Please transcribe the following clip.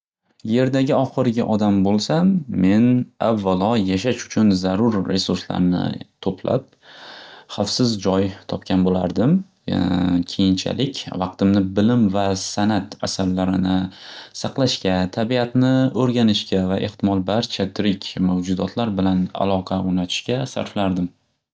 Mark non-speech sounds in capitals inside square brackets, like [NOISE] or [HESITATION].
[NOISE] Yerdagi oxirgi odam bo'lsam, men avvalo yashash uchun zarur resurslarni to'plab xavfsiz joy topgan boʻlardim. [HESITATION] Keyinchalik vaqtimni bilim va san’at asarlarini saqlashga, tabiatni o'rganishga va ehtimol barcha tirik mavjudotlar bilan aloqa o'rnatishga sarflardim. [NOISE]